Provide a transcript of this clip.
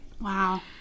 Wow